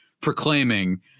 proclaiming